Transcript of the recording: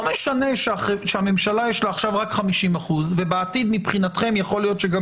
לא משנה שהממשלה יש לה עכשיו רק 50% ובעתיד מבחינתכם יכול להיות שגם